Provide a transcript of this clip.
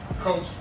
Coach